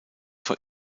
for